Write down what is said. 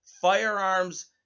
Firearms